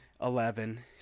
Eleven